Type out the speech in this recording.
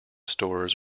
stores